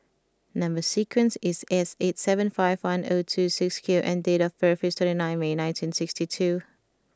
number sequence is S eight seven five one zero two six Q and date of birth is twenty nine May nineteen sixty two